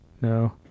No